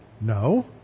No